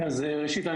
ראשית,